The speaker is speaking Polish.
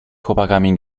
chłopakami